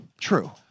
True